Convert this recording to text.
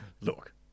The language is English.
look